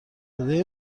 صدای